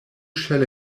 shall